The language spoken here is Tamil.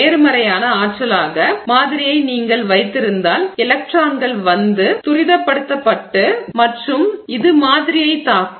நேர்மறையான ஆற்றலாக பதக்கூறுவை மாதிரியை நீங்கள் வைத்திருந்தால் எலக்ட்ரான்கள் வந்து துரிதப்படுத்தப்பட்டு விரைவூட்டப்பட்டு மற்றும் இது பதக்கூறுவைத் மாதிரியைத் தாக்கும்